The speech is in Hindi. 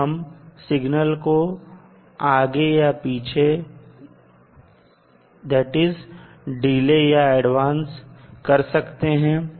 तो हम सिग्नल को आगे या पीछे कर सकते हैं